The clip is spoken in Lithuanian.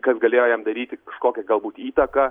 kas galėjo jam daryti kažkokią galbūt įtaką